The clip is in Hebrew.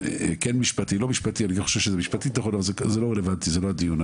כן משפטי, לא משפטי, זה לא רלוונטי, זה לא הדיון.